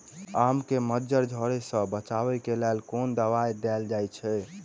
आम केँ मंजर झरके सऽ बचाब केँ लेल केँ कुन दवाई देल जाएँ छैय?